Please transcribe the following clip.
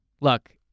look